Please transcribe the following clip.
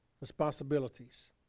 Responsibilities